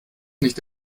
nicht